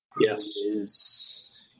Yes